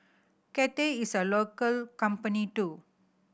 Cathay is a local company too